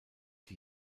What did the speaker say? die